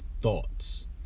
thoughts